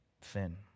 sin